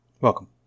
Welcome